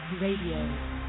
Radio